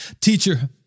Teacher